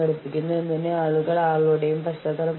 അപ്പോഴും അത് പരിഹരിച്ചില്ലെങ്കിൽ നിങ്ങൾ വ്യവഹാരം അവലംബിക്കുക